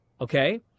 Okay